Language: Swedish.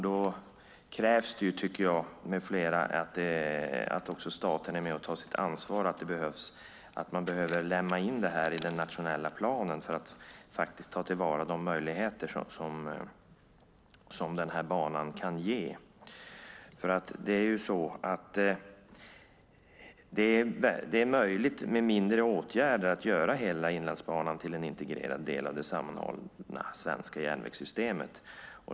Då krävs det, tycker jag med flera, att staten är med och tar sitt ansvar. Man behöver inlemma det här i den nationella planen för att faktiskt ta till vara de möjligheter som den här banan kan ge. Det är nämligen möjligt att med mindre åtgärder göra hela Inlandsbanan till en integrerad del av det sammanhållna svenska järnvägssystemet.